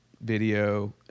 video